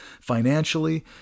financially